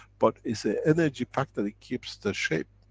but it's the energy pack that keeps the shape.